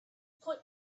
point